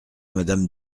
madame